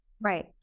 Right